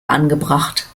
angebracht